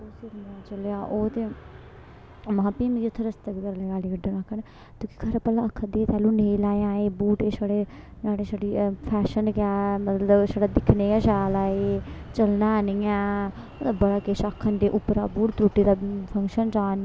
चलेआ ओह् ते महां फ्ही मिगी उत्थे रस्ते च गाली कड्ढना आखन तुगी खरा भला आखा दी ही कैल्लू नेईं लैएआं एह् बूट एह् छड़े छड़ी फैशन गै ऐ मतलब छड़ा दिक्खने गै शैल ऐ चलना ऐ नी ऐ बड़ा किश आखन ते उप्परा बूट त्रुट्टी दा फंक्शन जाने